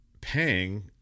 paying